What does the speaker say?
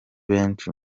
benshi